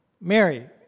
Mary